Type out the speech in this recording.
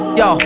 yo